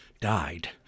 died